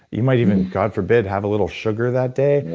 you might even, god forbid, have a little sugar that day,